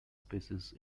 species